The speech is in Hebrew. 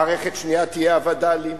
מערכת שנייה תהיה הווד"לים.